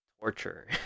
torture